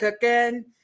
cooking